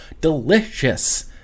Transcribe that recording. delicious